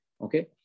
Okay